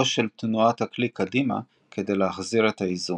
של תנועת הכלי קדימה כדי להחזיר את האיזון.